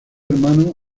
hermanos